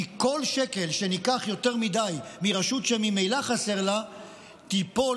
כי כל שקל שניקח יותר מדי מרשות שממילא חסר לה ייפול